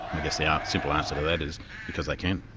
i guess the ah simple answer to that is because they can.